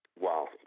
wow